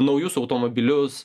naujus automobilius